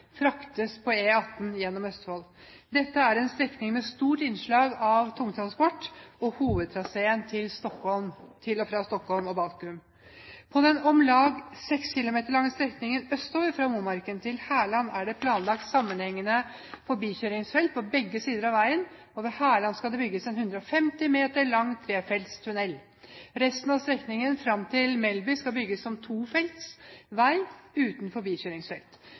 fraktes på E18 gjennom Østfold. Dette er en strekning med stort innslag av tungtransport, og det er hovedtraseen til og fra Stockholm og Baltikum. På den om lag 6 km lange strekningen østover fra Momarken til Hærland er det planlagt sammenhengende forbikjøringsfelt på begge sider av veien. Ved Hærland skal det bygges en 150 m lang trefelts tunnel. Resten av strekningen fram til Melleby skal bygges som tofelts vei uten forbikjøringsfelt.